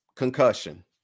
concussion